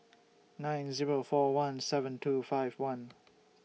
nine Zero four one seven two five one